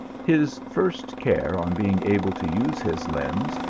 his first care on being able to use his limbs,